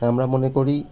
তাই আমরা মনে করি